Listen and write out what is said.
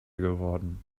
geworden